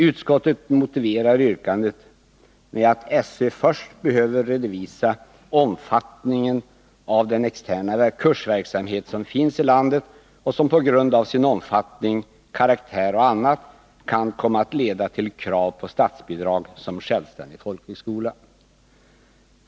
Utskottet motiverar avslagsyrkandet med att SÖ först bör redovisa omfattningen av den externa kursverksamhet som finns i landet och som på grund av sin omfattning, karaktär och annat kan komma att leda till krav på statsbidrag som självständig folkhögskola.